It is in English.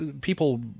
people